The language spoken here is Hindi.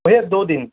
भैया दो दिन